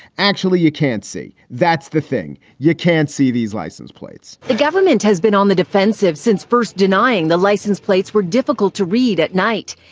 actually, you can't see. that's the thing. you can't see these license plates the government has been on the defensive since first denying the license plates were difficult to read at night.